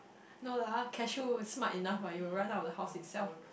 no lah cashew is smart enough lah it will run out the house itself